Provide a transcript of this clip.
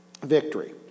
victory